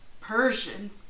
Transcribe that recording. Persian